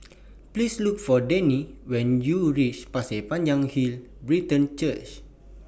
Please Look For Danny when YOU REACH Pasir Panjang Hill Brethren Church